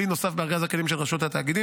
הוא כלי נוסף בארגז הכלים של רשות התאגידים,